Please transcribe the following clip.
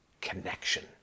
connection